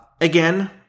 Again